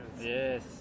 Yes